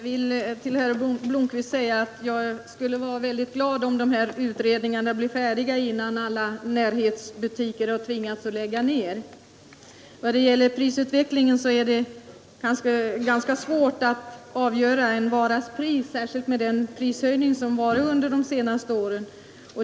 Herr talman! Jag vill till herr Blomkvist säga att jag skulle vara mycket glad om utredningarna blev färdiga innan alla närbutiker hunnit läggas ned. När det gäller prisutvecklingen vill jag säga att det är ganska svårt att bedöma en varas pris, särskilt med den prisutveckling som ägt rum under senare år.